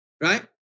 Right